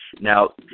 Now